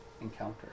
encounter